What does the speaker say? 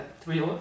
three